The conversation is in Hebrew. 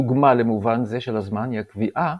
דוגמה למובן זה של הזמן, היא הקביעה